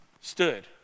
stood